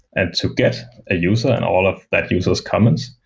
and to get a user and all of that user s comments,